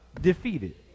Defeated